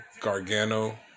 Gargano